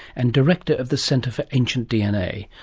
and director of the centre for ancient dna.